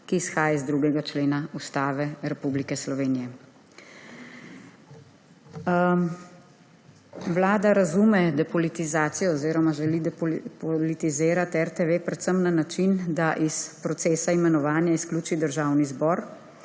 ki izhaja iz 2. člena Ustave Republike Slovenije. Vlada razume depolitizacijo oziroma želi depolitizirati RTV predvsem na način, da iz procesa imenovanja izključi Državni zbor